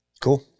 Cool